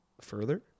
further